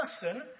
person